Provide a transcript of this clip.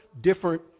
different